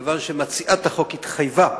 כיוון שמציעת החוק התחייבה,